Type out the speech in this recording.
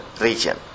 region